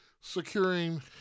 securing